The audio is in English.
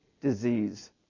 disease